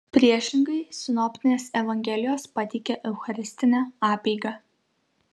priešingai sinoptinės evangelijos pateikia eucharistinę apeigą